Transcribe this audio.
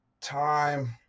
time